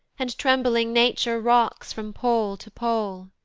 and trembling nature rocks from pole to pole.